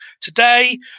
today